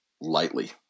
lightly